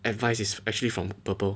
advice is actually from Burple